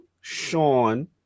Sean